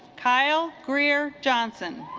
kyle career johnson